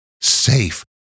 safe